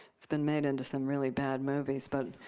it's been made into some really bad movies, but